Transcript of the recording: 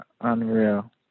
unreal